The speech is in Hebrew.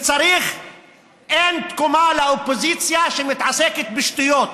אין תקומה לאופוזיציה שמתעסקת בשטויות.